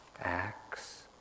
acts